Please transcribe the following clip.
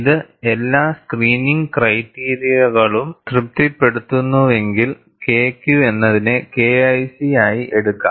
ഇത് എല്ലാ സ്ക്രീനിംഗ് ക്രൈറ്റീരിയകളും തൃപ്തിപ്പെടുത്തുന്നുവെങ്കിൽ KQ എന്നതിനെ KIC ആയി എടുക്കാം